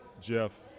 Jeff